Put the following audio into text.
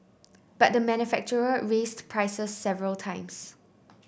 but the manufacturer raised prices several times